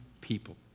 people